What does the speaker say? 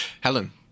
Helen